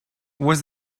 was